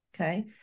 okay